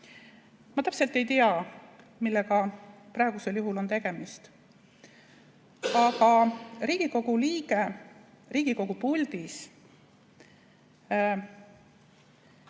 Ma täpselt ei tea, millega praegusel juhul on tegemist, aga Riigikogu liige Riigikogu puldis